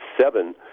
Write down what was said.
seven